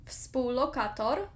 Współlokator